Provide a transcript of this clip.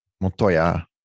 Montoya